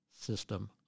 system